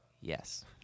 yes